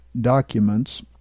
documents